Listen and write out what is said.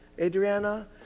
Adriana